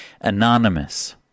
anonymous